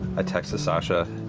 text to sasha,